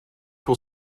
will